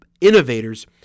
innovators